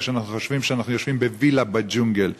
כשאנחנו חושבים שאנחנו יושבים בווילה בג'ונגל.